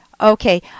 Okay